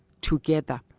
together